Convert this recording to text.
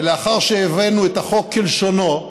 ולאחר שהבאנו את החוק כלשונו,